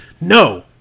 No